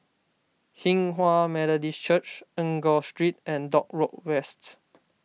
Hinghwa Methodist Church Enggor Street and Dock Road West